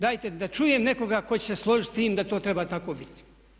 Dajte da čujem nekoga tko će se složiti s tim da to treba tako biti.